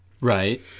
right